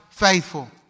faithful